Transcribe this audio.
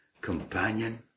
companion